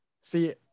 See